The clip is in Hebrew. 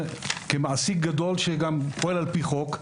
כמעסיק גדול שגם פועל על פי חוק,